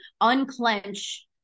unclench